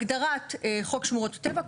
הגדרת חוק שמורות הטבע,